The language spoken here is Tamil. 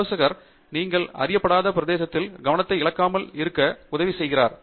ஆலோசகர் நீங்கள் அறியப்படாத பிரதேசங்களில் கவனத்தை இழக்காமல் இருக்க உறுதி செய்வார்